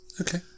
Okay